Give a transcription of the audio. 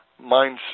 mindset